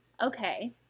Okay